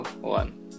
one